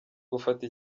gufata